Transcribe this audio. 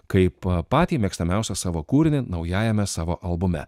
kaip patį mėgstamiausią savo kūrinį naujajame savo albume